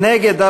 נגד,